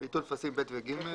ביטול טפסים ב' ו-ג'.